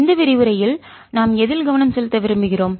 இந்த விரிவுரையில் நாம் எதில் கவனம் செலுத்த விரும்புகிறோம்